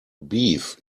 beef